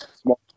Small